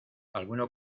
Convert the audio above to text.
alguno